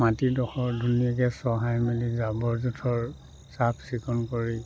মাটিডোখৰ ধুনীয়াকৈ চহাই মেলি জাবৰ জোঁথৰ চাফচিকুণ কৰি